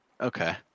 Okay